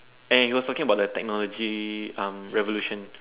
and he was talking about the technology um revolution